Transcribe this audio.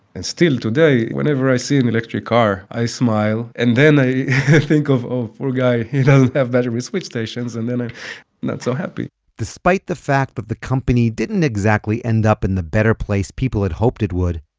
and still today, whenever i see an electric car, i smile, and then i think of, of, oh, poor guy, he doesn't have battery switch stations and then i'm not so happy despite the fact that the company didn't exactly end up in the better place people had hoped it would,